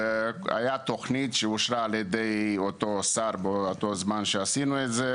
הייתה תוכנית שאושרה על-ידי אותו שר באותו זמן שעשינו את זה,